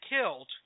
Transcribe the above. killed